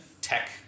tech